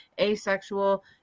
asexual